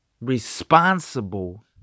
responsible